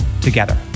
together